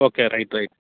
okay right right